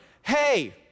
Hey